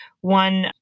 one